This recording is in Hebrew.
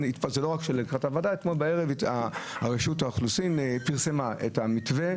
אתמול בערב רשות האוכלוסין פרסמה את המתווה.